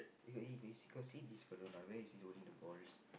you got you got see got see this fella or not where is his holding the balls